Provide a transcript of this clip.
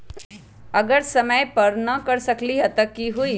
अगर समय समय पर न कर सकील त कि हुई?